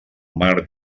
marc